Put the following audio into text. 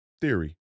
theory